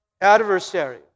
adversary